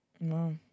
No